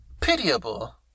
pitiable